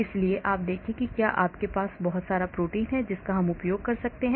इसलिए आप देखें कि क्या आपके पास बहुत सारा प्रोटीन है जिसका हम उपयोग कर सकते हैं